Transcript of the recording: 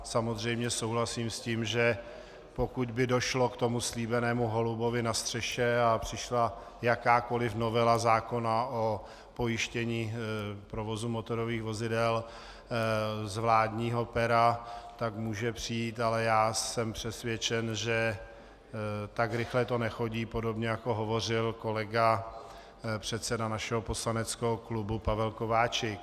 Samozřejmě souhlasím s tím, že pokud by došlo k tomu slíbenému holubovi na střeše a přišla jakákoli novela zákona o pojištění provozu motorových vozidel z vládního pera, tak může přijít, ale já jsem přesvědčen, že tak rychle to nechodí, podobně jako hovořil kolega předseda našeho poslaneckého klubu Pavel Kováčik.